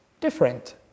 different